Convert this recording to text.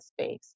space